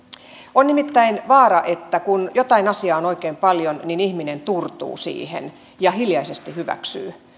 on nimittäin vaara että kun jotain asiaa on oikein paljon niin ihminen turtuu siihen ja hiljaisesti hyväksyy